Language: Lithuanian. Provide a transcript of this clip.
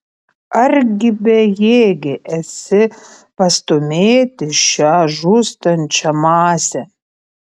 argi bejėgė esi pastūmėti šią žūstančią masę